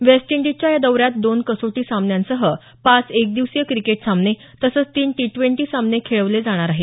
waste इंडीजच्या या दौऱ्यात दोन कसोटी सामन्यांसह पाच एक दिवसीय किक्रेट सामने तसंच तीन टी ट्वेंटी सामने खेळवले जाणार आहेत